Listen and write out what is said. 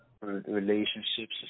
relationships